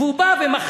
והוא בא ומחליט